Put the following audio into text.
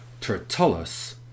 Tertullus